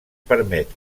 permet